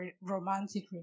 romantic